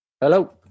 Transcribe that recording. Hello